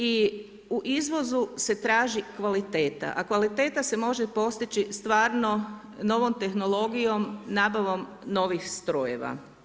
I u izvozu se traži kvaliteta a kvaliteta se može postići stvarno novom tehnologijom, nabavom novih strojeva.